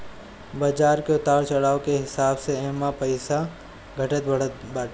बाजार के उतार चढ़ाव के हिसाब से एमे पईसा घटत बढ़त बाटे